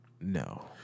No